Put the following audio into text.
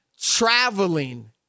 traveling